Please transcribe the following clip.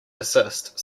desist